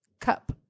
cup